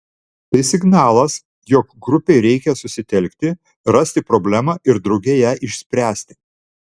tai signalas jog grupei reikia susitelkti rasti problemą ir drauge ją išspręsti